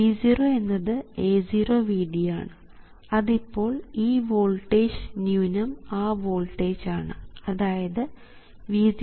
V0 എന്നത് A0 Vd ആണ് അത് ഇപ്പോൾ ഈ വോൾട്ടേജ് ന്യൂനം ആ വോൾട്ടേജ് ആണ് അതായത് V0k Vi